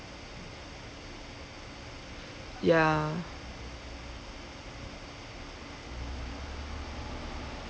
ya